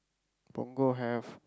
Punggol have